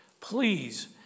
please